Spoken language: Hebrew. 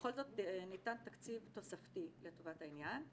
בכל זאת ניתן תקציב תוספתי לטובת העניין.